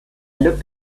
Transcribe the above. looked